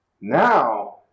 Now